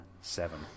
seven